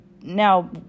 now